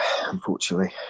unfortunately